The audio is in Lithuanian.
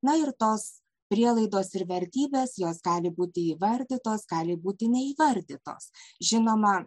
na ir tos prielaidos ir vertybės jos gali būti įvardytos gali būti neįvardytos žinoma